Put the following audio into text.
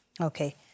Okay